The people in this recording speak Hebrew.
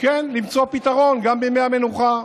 למצוא פתרון גם בימי המנוחה: